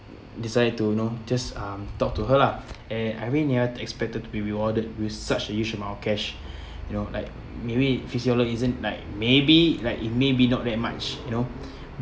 decided to you know just um talk to her lah and I really never expected to be rewarded with such a huge amount of cash you know like maybe physiology isn't like maybe like it may be not that much you know